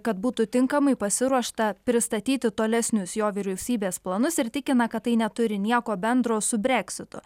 kad būtų tinkamai pasiruošta pristatyti tolesnius jo vyriausybės planus ir tikina kad tai neturi nieko bendro su breksitu